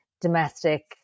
domestic